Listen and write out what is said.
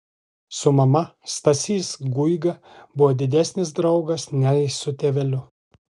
su mama stasys guiga buvo didesnis draugas nei su tėveliu